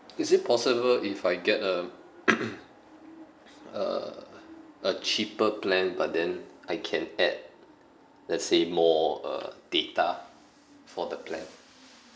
is it possible if I get a a a cheaper plan but then I can add let's say more uh data for the plan